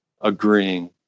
agreeing